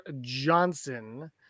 Johnson